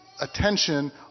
attention